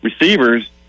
receivers